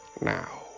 Now